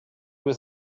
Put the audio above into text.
was